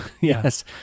Yes